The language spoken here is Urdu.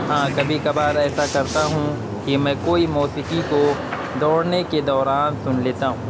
ہاں کبھی کبھار ایسا کرتا ہوں کہ میں کوئی موسیقی کو دوڑنے کے دوران سن لیتا ہوں